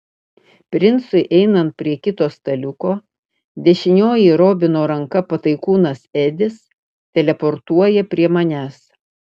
princui einant prie kito staliuko dešinioji robino ranka pataikūnas edis teleportuoja prie manęs